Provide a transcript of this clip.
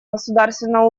государственного